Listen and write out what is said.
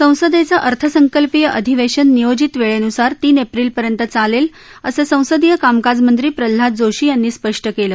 संसदेचे अर्थसंकल्पीय अधिवेशन नियोजित वेळेन्सार तीन एप्रिलपर्यंत चालेल असं संसदीय कामकाम मंत्री प्रल्हाद जोशी यांनी स्पष्ट केलं